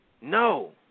No